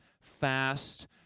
fast